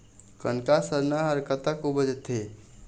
कनक सरना हर कतक उपजथे?